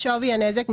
שווי הנזק,